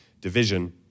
division